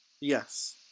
Yes